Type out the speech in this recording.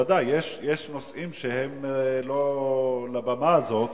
ודאי יש נושאים שהם לא לבמה הזאת,